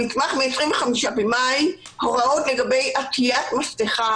המסמך הוא מ-25 במאי הוראות לגבי עטיית מסכה.